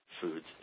foods